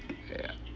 ya